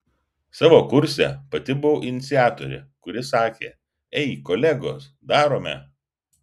savo kurse pati buvau iniciatorė kuri sakė ei kolegos darome